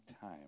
time